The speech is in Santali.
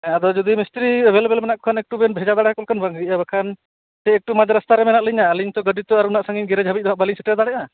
ᱦᱮᱸ ᱟᱫᱚ ᱡᱩᱫᱤ ᱢᱤᱥᱛᱤᱨᱤ ᱮᱵᱮᱞᱮᱵᱮᱞ ᱢᱮᱱᱟᱜ ᱠᱚ ᱠᱷᱟᱱ ᱮᱠᱴᱩ ᱵᱮᱱ ᱵᱷᱮᱡᱟ ᱫᱟᱲᱮ ᱟᱠᱚ ᱠᱷᱟᱱ ᱵᱷᱟᱹᱜᱤᱜᱼᱟ ᱵᱟᱠᱷᱟᱱ ᱮᱠᱴᱩ ᱢᱟᱡᱷ ᱨᱟᱥᱛᱟ ᱨᱮ ᱢᱮᱱᱟᱜ ᱞᱤᱧᱟᱹ ᱟᱹᱞᱤᱧ ᱛᱳ ᱜᱟᱹᱰᱤ ᱛᱳ ᱩᱱᱟᱹᱜ ᱥᱟᱺᱜᱤᱧ ᱜᱮᱨᱮᱡᱽ ᱦᱟᱹᱵᱤᱡ ᱫᱚ ᱦᱟᱜ ᱵᱟᱹᱞᱤᱧ ᱥᱮᱴᱮᱨ ᱫᱟᱲᱮᱜᱼᱟ